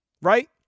Right